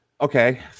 Okay